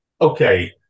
Okay